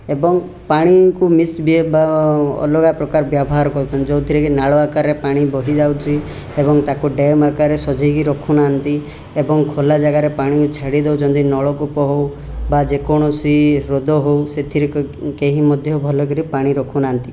ଏବଂ ପାଣିକୁ ମିସବିହେବ୍ ବା ଅଲଗା ପ୍ରକାର ବ୍ୟବହାର କରୁଛନ୍ତି ଯେଉଁଥିରେ କି ନାଳ ଆକାରରେ ପାଣି ବୋହିଯାଉଛି ଏବଂ ତାକୁ ଡ୍ୟାମ୍ ଆକାରରେ ସଜେଇ କି ରଖୁନାହାନ୍ତି ଏବଂ ଖୋଲା ଜାଗାରେ ପାଣି ଛାଡ଼ି ଦେଉଛନ୍ତି ନଳକୂପ ହେଉ ବା ଯେକୌଣସି ହ୍ରଦ ହେଉ ସେଥିରେ କେହି ମଧ୍ୟ ଭଲ କି ପାଣି ରଖୁନାହାନ୍ତି